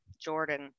Jordan